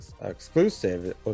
exclusive